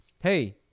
hey